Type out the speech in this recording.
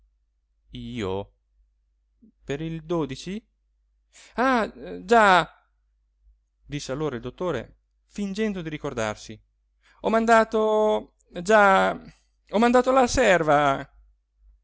io per il h già disse allora il dottore fingendo di ricordarsi ho mandato già ho mandato la serva